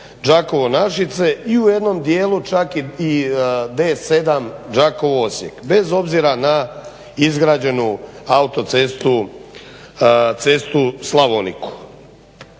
Đakovo-Našice i u jednom dijelu čak i D7 Đakovo-Osijek bez obzira na izgrađenu autocestu Slavoniku.